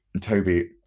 Toby